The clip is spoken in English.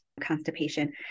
constipation